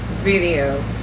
video